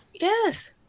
Yes